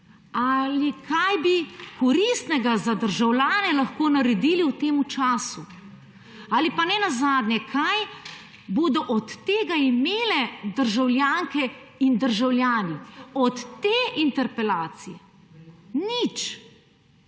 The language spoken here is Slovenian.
Ali, kaj bi koristnega za državljane lahko naredili v temu času? Ali pa, nenazadnje, kaj bodo od tega imele državljanke in državljani od te interpelacije? Nič!